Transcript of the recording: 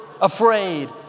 afraid